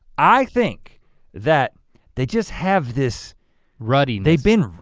i think that they just have this ruddiness. they've been,